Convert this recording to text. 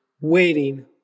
waiting